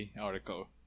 article